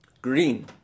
Green